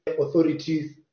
authorities